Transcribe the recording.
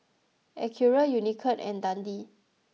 Acura Unicurd and Dundee